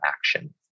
action